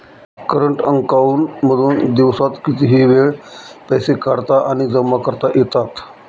current account मधून दिवसात कितीही वेळ पैसे काढता आणि जमा करता येतात